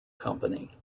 company